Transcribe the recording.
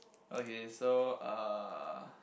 okay so uh